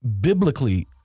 Biblically